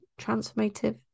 transformative